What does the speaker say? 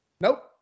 Nope